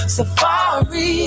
Safari